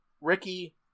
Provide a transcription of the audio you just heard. Ricky